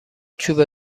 چوب